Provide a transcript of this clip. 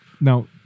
Now